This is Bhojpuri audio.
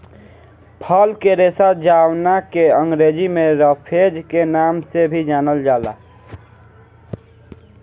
फल के रेशा जावना के अंग्रेजी में रफेज के नाम से भी जानल जाला